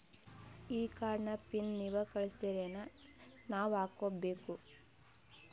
ಈ ಕಾರ್ಡ್ ನ ಪಿನ್ ನೀವ ಕಳಸ್ತಿರೇನ ನಾವಾ ಹಾಕ್ಕೊ ಬೇಕು?